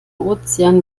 ozean